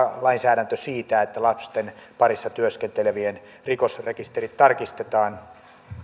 lainsäädäntö siitä että lasten parissa työskentelevien rikosrekisterit tarkistetaan